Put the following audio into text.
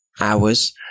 hours